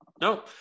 No